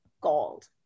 gold